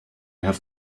have